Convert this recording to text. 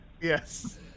Yes